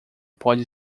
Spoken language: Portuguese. pode